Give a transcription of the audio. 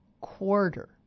quarter